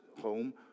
home